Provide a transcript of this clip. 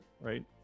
Right